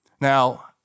Now